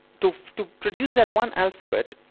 to to produce that one alphabet.